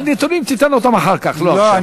את הנתונים תיתן אחר כך, לא עכשיו.